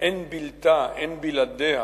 אין בלתה, אין בלעדיה,